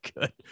good